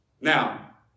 Now